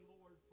Lord